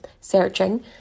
searching